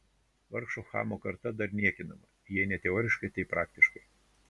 vargšo chamo karta dar niekinama jei ne teoriškai tai praktiškai